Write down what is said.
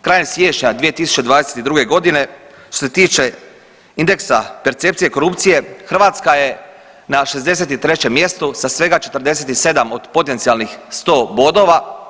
krajem siječnja 2022. g. što se tiče indeksa percepcije korupcije, Hrvatska je na 63. mjestu sa svega 47 od potencijalnih 100 bodova.